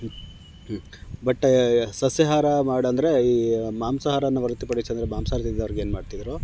but ಸಸ್ಯಹಾರ ಮಾಡಿ ಅಂದರೆ ಈ ಮಾಂಸಹಾರನ ಹೊರತುಪಡಿಸಿ ಅಂದರೆ ಮಾಂಸಹಾರ ತಿಂದೋರಿಗೆ ಏನು ಮಾಡ್ತಿದ್ದರು